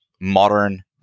modern